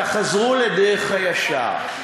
תחזרו לדרך הישר.